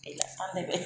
गैला आनदायबाय